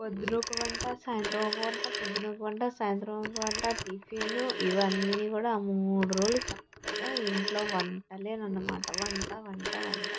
పొద్దున ఒక వంట సాయంత్రం ఒక వంట పొద్దున ఒక వంట సాయంత్రం ఒక వంట టిఫిను ఇవన్నీ కూడా ఆ మూడు రోజులు చక్కగా ఇంట్లో వంటలు అన్నమాట వంట వంట వంట వంట